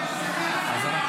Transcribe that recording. --- אז אנחנו